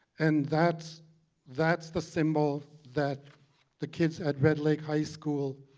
and that's that's the symbol that the kids at red lake high school